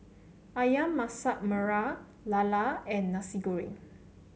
ayam Masak Merah lala and Nasi Goreng